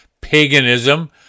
paganism